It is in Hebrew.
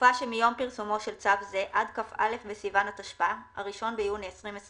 התקופה שמיום פרסומו של צו זה עד כ"א בסיוון התשפ"א (1 ביוני 2021)